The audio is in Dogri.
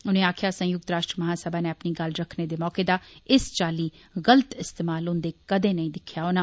उनें आक्खेआ संयुक्त राष्ट्र महासभा नै अपनी गल्ल रक्खने दे मौके दा इस चाल्ली गल्त इस्तेमाल होन्दे कदें नेईं दिक्खेआ होना